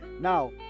Now